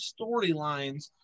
storylines